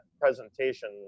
presentation